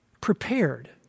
Prepared